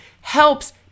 helps